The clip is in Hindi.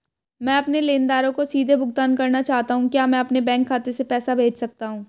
मैं अपने लेनदारों को सीधे भुगतान करना चाहता हूँ क्या मैं अपने बैंक खाते में पैसा भेज सकता हूँ?